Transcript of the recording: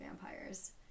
vampires